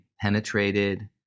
penetrated